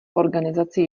organizaci